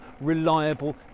reliable